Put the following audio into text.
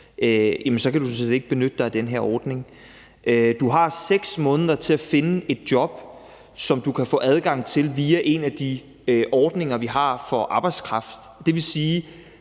så kan du sådan set ikke benytte dig af den her ordning. Du har 6 måneder til at finde et job, som du kan få adgang til via en af de ordninger, vi har, for arbejdskraft. Det vil sige,